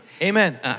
Amen